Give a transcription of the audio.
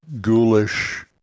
ghoulish